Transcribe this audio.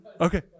Okay